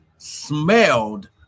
smelled